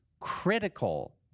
critical